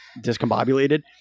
discombobulated